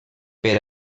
per